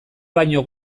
baino